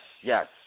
yes